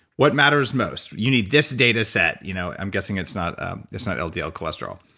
what matters most? you need this dataset. you know i'm guessing it's not ah it's not ldl ldl cholesterol